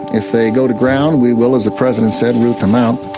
if they go to ground we will, as the president said, root them out.